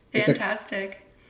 Fantastic